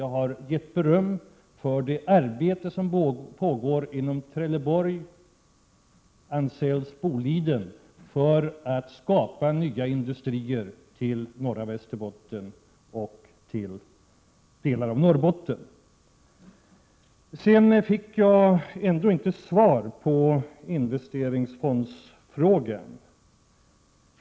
Jag har uttalat beröm för det arbete som pågår inom Trelleborg Boliden med att skapa nya industrier i norra Västerbotten och delar av Norrbotten. Jag fick ändå inte svar när det gäller investeringsfondsfrågan.